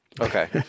Okay